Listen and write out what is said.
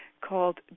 called